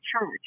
church